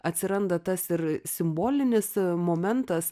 atsiranda tas ir simbolinis momentas